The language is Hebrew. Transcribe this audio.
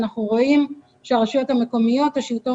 אנחנו רואים שהרשויות המקומיות והשלטון